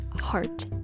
heart